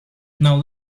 now